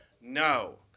No